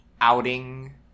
outing